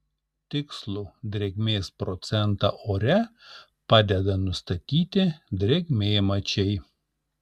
tikslų drėgmės procentą ore padeda nustatyti drėgmėmačiai